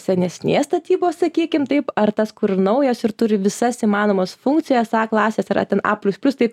senesnės statybos sakykim taip ar tas kur naujas ir turi visas įmanomas funkcijas tą klasės yra ten a plius plius taip